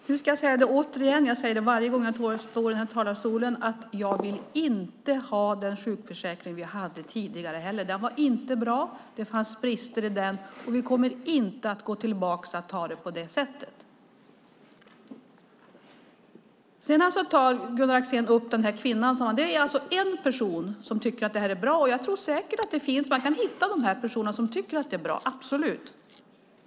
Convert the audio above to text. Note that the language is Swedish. Herr talman! Jag ska säga det återigen, och jag säger det varje gång jag står här i talarstolen: Jag vill inte ha den sjukförsäkring vi hade tidigare. Den var inte bra. Det fanns brister i den. Vi kommer inte att gå tillbaka till att ha det på det sättet. Gunnar Axén tar upp den här kvinnan. Det är en person som tycker att det här är bra. Jag tror säkert att hon finns. Det går absolut att hitta personer som tycker att det här är bra.